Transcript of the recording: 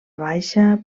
baixa